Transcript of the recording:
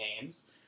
names